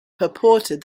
purported